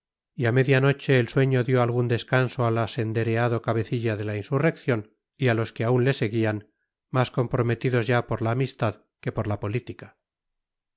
y a media noche el sueño dio algún descanso al asendereado cabecilla de la insurrección y a los que aún le seguían más comprometidos ya por la amistad que por la política